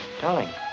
Darling